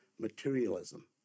materialism